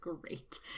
great